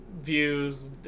views